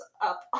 up